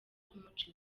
kumuca